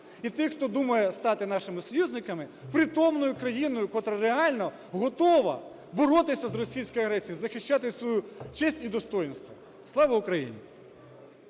і тих, хто думає стати нашими союзниками, притомною країною, котра реально готова боротися з російською агресією, захищати свою честь і достоїнство. Слава Україні!